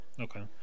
Okay